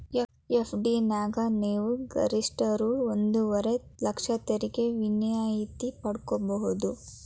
FD ನ್ಯಾಗ ನೇವು ಗರಿಷ್ಠ ರೂ ಒಂದುವರೆ ಲಕ್ಷ ತೆರಿಗೆ ವಿನಾಯಿತಿ ಪಡ್ಕೊಬಹುದು